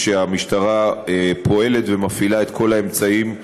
שהמשטרה פועלת ומפעילה את כל האמצעים שברשותה.